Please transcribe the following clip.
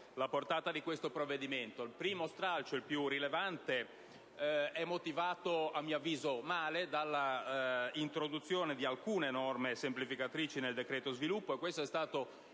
la portata di questo provvedimento. Il primo stralcio, il più rilevante, è motivato - a mio avviso, male - dall'introduzione di alcune norme semplificatrici nel "decreto sviluppo", e questo è stato